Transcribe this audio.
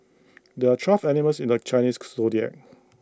there are twelve animals in the Chinese Zodiac